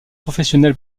professionnel